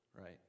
right